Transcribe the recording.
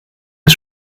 des